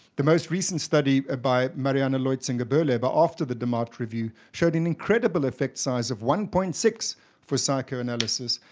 the most recent study ah by marianne leuzinger-bohleber after the demott review showed an incredible effect size of one point six for psychoanalysis,